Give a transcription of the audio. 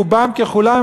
רובם ככולם,